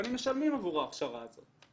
השחקנים משלמים עבור ההכשרה הזאת.